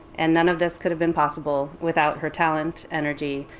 and none of this could have been possible without her talent, energy,